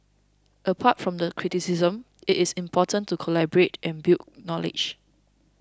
apart from the criticism it is important to collaborate and build knowledge